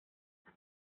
lors